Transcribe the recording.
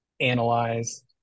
analyze